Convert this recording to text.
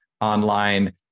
online